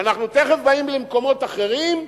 ואנחנו באים למקומות אחרים,